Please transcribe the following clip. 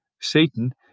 Satan